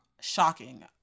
Shocking